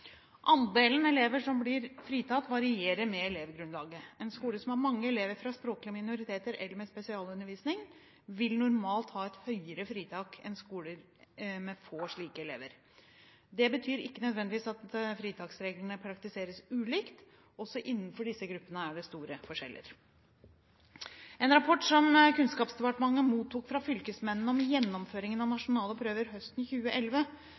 Andelen elever som blir fritatt, varierer med elevgrunnlaget. En skole som har mange elever fra språklige minoriteter eller med spesialundervisning, vil normalt ha et høyere fritak enn skoler med få slike elever. Det betyr ikke nødvendigvis at fritaksreglene praktiseres ulikt. Også innenfor disse gruppene er det store forskjeller. I en rapport som Kunnskapsdepartementet mottok fra fylkesmennene om gjennomføringen av nasjonale prøver høsten 2011,